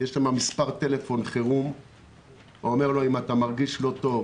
יש בו מספר טלפון חירום ונאמר לו: אם אתה מרגיש לא טוב,